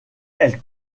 elle